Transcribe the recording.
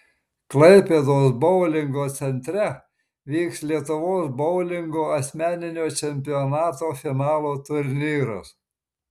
klaipėdos boulingo centre vyks lietuvos boulingo asmeninio čempionato finalo turnyras